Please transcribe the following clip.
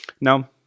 Now